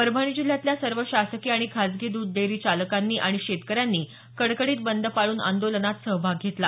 परभणी जिल्ह्यातल्या सर्व शासकीय आणि खासगी द्ध डेअरी चालकांनी आणि शेतकऱ्यांनी कडकडीत बंद पाळून आंदोलनात सहभाग घेतला